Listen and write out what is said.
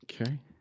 Okay